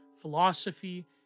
philosophy